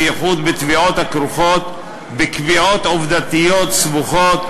בייחוד בתביעות הכרוכות בקביעות עובדתיות סבוכות,